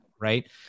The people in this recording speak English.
right